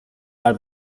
our